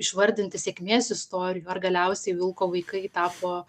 išvardinti sėkmės istorijų ar galiausiai vilko vaikai tapo